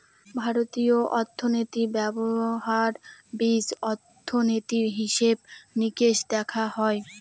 ভারতীয় অর্থনীতি ব্যবস্থার বীজ অর্থনীতি, হিসেব নিকেশ দেখা হয়